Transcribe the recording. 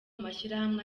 mashyirahamwe